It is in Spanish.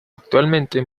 actualmente